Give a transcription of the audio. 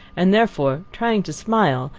and, therefore, trying to smile,